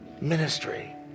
ministry